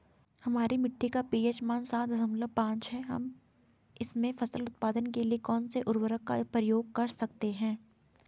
हमारी मिट्टी का पी.एच मान सात दशमलव पांच है हम इसमें फसल उत्पादन के लिए कौन से उर्वरक का प्रयोग कर सकते हैं?